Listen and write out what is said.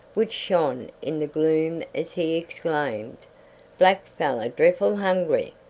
which shone in the gloom as he exclaimed black fellow dreffle hungry.